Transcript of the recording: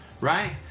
right